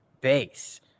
base